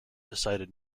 decided